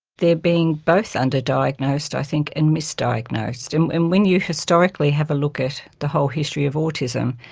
they are being both underdiagnosed i think and misdiagnosed. and and when you historically have a look at the whole history of autism,